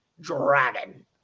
Dragon